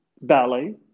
Ballet